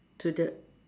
to the